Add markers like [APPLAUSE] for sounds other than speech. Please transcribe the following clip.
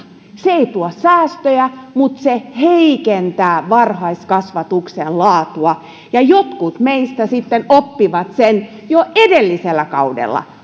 ei tuo säästöjä mutta se heikentää varhaiskasvatuksen laatua ja jotkut meistä sitten oppivat sen jo edellisellä kaudella [UNINTELLIGIBLE]